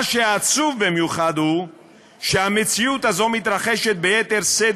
מה שעצוב במיוחד הוא שהמציאות הזאת מתרחשת ביתר שאת